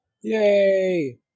Yay